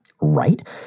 Right